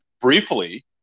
briefly